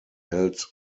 held